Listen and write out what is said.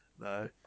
no